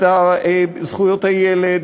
הוועדה לזכויות הילד,